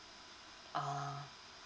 ah